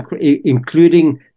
including